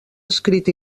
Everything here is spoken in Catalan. escrit